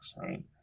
right